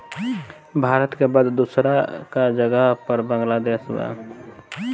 भारत के बाद दूसरका जगह पर बांग्लादेश बा